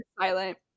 silent